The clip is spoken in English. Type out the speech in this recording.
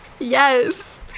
Yes